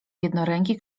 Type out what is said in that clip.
jednoręki